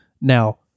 Now